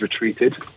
retreated